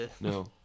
No